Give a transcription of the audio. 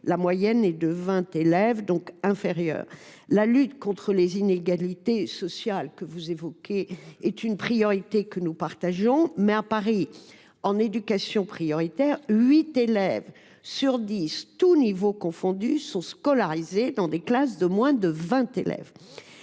ce nombre est de 20, donc inférieur. La lutte contre les inégalités sociales, que vous évoquez, est aussi notre priorité. Mais à Paris, en éducation prioritaire, 8 élèves sur 10, tous niveaux confondus, sont scolarisés dans des classes de moins de 20 élèves.